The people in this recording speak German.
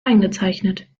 eingezeichnet